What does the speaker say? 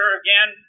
again